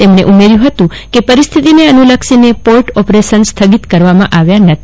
તેમણે ઉમેર્યુ હતુ કે પરિસ્થિતિને અનુલક્ષીને પોર્ટ ઓપરેશન્સ સ્થગિત કરવામાં આવ્યા નથી